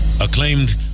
Acclaimed